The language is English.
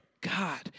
God